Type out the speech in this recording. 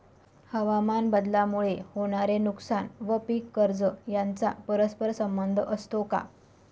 हवामानबदलामुळे होणारे नुकसान व पीक कर्ज यांचा परस्पर संबंध असतो का?